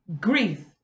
grief